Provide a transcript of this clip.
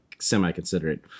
semi-considerate